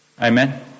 Amen